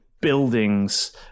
buildings